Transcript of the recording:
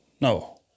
No